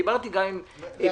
דיברתי קודם גם עם